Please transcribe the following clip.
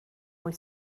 wyt